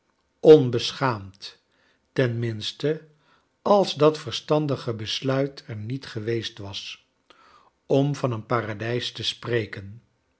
ten minste als dat verstandige besluit er niet geweest was om van een paradijs te spreken